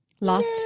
Lost